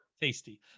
Tasty